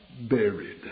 buried